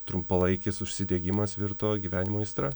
trumpalaikis užsidegimas virto gyvenimo aistra